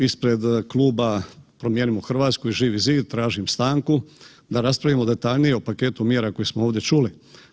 Ispred Kluba Promijenimo Hrvatsku i Živi zid tražim stanku da raspravimo detaljnije o paketu mjera koje smo ovdje čuli.